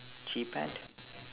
cheephant